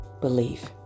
Belief